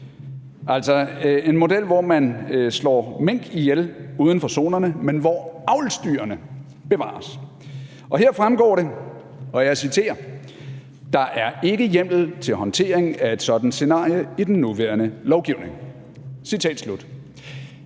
altså en model, hvor man slår mink ihjel uden for zonerne, men hvor avlsdyrene bevares, og her fremgår det – og jeg citerer: »Der er ikke hjemmel til håndtering af et sådant scenarie i den nuværende lovgivning, ...«. Det